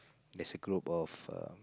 there's a group of err